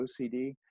OCD